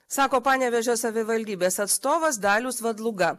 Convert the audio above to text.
sako panevėžio savivaldybės atstovas dalius vadluga